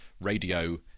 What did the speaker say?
Radio